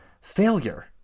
failure